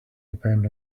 depend